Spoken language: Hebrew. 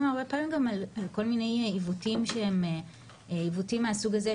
הרבה פעמים גם על כל מיני עיוותים שהם עיוותים מהסוג הזה,